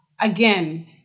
again